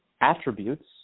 attributes